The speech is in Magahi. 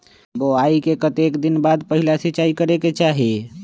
बोआई के कतेक दिन बाद पहिला सिंचाई करे के चाही?